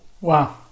Wow